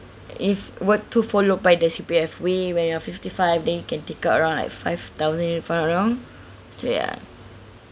if were to followed by the C_P_F way when you are fifty five then you can take out around like five thousand if I'm not wrong so ya